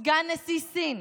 סגן נשיא סין,